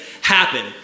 happen